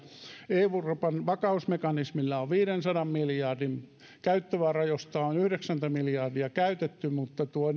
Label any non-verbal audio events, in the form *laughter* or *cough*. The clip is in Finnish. euroopan vakausmekanismilla on viidensadan miljardin käyttövara josta on yhdeksänkymmentä miljardia käytetty mutta tuo *unintelligible*